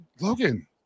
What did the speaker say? Logan